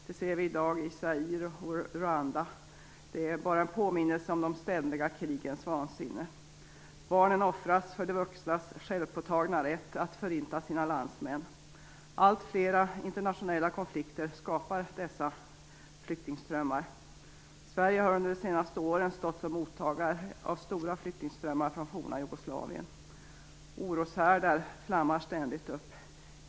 Det vi ser i dag i Zaire och Rwanda är bara en påminnelse om de ständiga krigens vansinne. Barnen offras för de vuxnas självpåtagna rätt att förinta sina landsmän. Alltfler inomnationella konflikter skapar dessa flyktingströmmar. Sverige har under de senaste åren stått som mottagare av stora flyktingströmmar från forna Jugoslavien. Oroshärdar flammar ständigt upp.